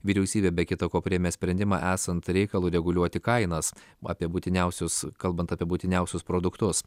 vyriausybė be kita ko priėmė sprendimą esant reikalui reguliuoti kainas apie būtiniausius kalbant apie būtiniausius produktus